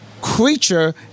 creature